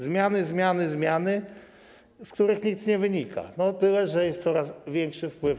Zmiany, zmiany, zmiany, z których nic nie wynika, tyle że jest coraz większy wpływ.